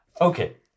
Okay